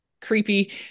creepy